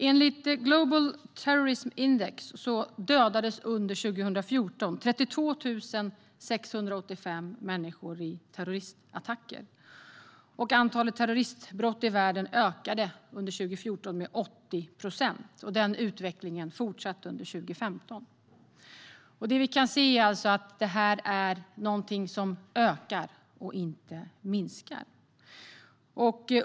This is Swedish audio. Enligt Global Terrorism Index dödades 32 685 människor i terroristattacker under 2014. Antalet terroristbrott i världen ökade under 2014 med 80 procent, och den utvecklingen fortsatte under 2015. Det vi kan se är alltså att det här är någonting som ökar och inte minskar.